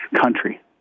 country